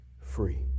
free